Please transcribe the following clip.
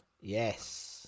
Yes